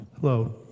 Hello